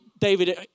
David